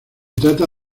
trata